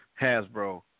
Hasbro